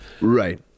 Right